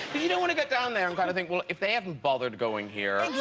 you, don't want to get down there and kind of think, well if they haven't bothered going here,